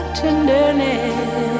tenderness